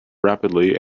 rapidly